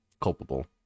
culpable